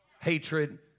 hatred